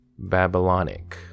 babylonic